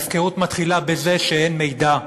ההפקרות מתחילה בזה שאין מידע,